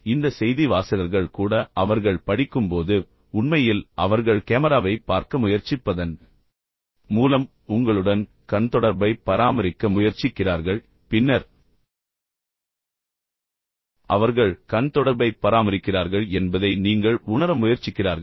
எனவே இந்த செய்தி வாசகர்கள் கூட அவர்கள் படிக்கும்போது உண்மையில் அவர்கள் கேமராவைப் பார்க்க முயற்சிப்பதன் மூலம் உங்களுடன் கண் தொடர்பைப் பராமரிக்க முயற்சிக்கிறார்கள் பின்னர் அவர்கள் கண் தொடர்பைப் பராமரிக்கிறார்கள் என்பதை நீங்கள் உணர முயற்சிக்கிறார்கள்